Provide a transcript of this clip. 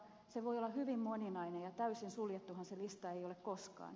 se voi olla hyvin moninainen ja täysin suljettuhan se lista ei ole koskaan